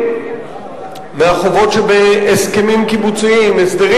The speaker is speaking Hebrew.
אז אני